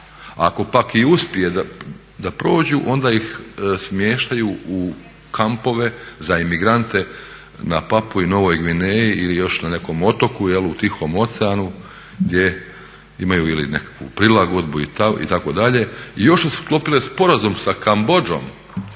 ako pak i uspiju da prođu onda ih smještaju u kampove za imigrante na Papui, Novoj Gvineji ili još na nekom otoku u Tihom oceanu gdje imaju ili nekakvu prilagodbu itd. I još su sklopile sporazum sa Kambodžom